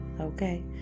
okay